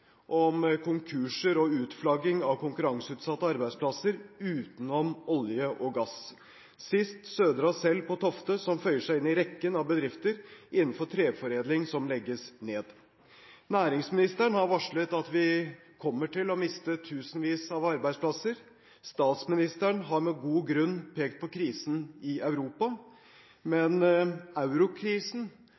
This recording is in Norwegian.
om konkurser og om utflagging av konkurranseutsatte arbeidsplasser utenom olje og gass – sist Södra Cell på Tofte, som føyer seg inn i rekken av bedrifter innenfor treforedling som legges ned. Næringsministeren har varslet at vi kommer til å miste tusenvis av arbeidsplasser, statsministeren har med god grunn pekt på krisen i Europa, men eurokrisen